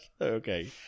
Okay